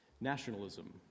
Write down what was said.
nationalism